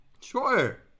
Sure